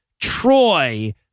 Troy